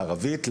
לערבית,